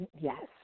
yes